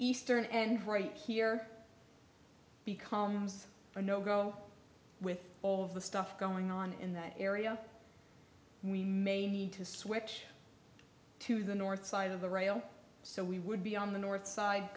eastern end right here becomes a no go with all of the stuff going on in that area we may need to switch to the north side of the rail so we would be on the north side